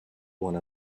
one